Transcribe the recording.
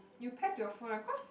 you pair to your phone ah cause